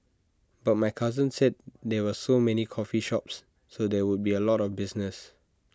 but my cousin said there were so many coffee shops so there would be A lot of business